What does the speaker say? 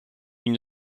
une